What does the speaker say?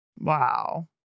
Wow